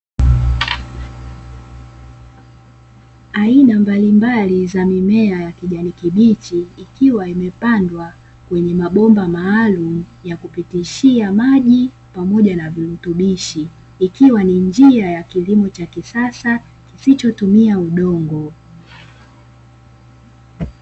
Aina mbalimbali za mimea ya kijani kibichi, ikiwa imepandwa kwenye mabomba maalumu yakupitishia maji pamoja na virutubishi. Ikiwa ni njia ya kilimo cha kisasa kisichotumia udongo.